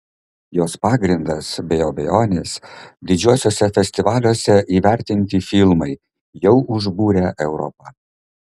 jos pagrindas be abejonės didžiuosiuose festivaliuose įvertinti filmai jau užbūrę europą